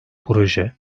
proje